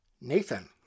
Nathan